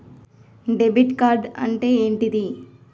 Debit card అంటే ఏంటిది?